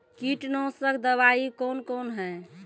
कीटनासक दवाई कौन कौन हैं?